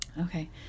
Okay